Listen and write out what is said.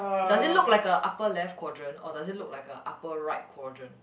does it look like a upper left quadrant or does it look like a upper right quadrant